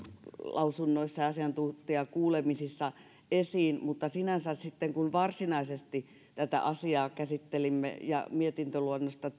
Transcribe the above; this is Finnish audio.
lausunnoissa ja asiantuntijakuulemisissa esiin mutta sinänsä sitten kun varsinaisesti tätä asiaa käsittelimme ja mietintöluonnosta